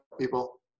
people